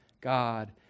God